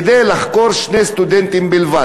לחקור שני סטודנטים בלבד,